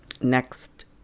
Next